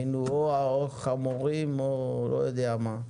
היינו או חמורים או לא יודע מה,